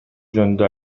жөнүндө